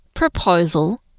proposal